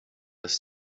ist